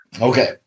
Okay